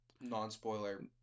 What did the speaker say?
non-spoiler